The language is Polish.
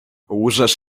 łżesz